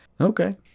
okay